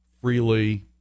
freely